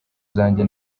zanjye